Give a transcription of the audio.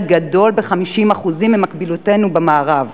גדול ב-50% מאשר בקרב מקבילותינו במערב.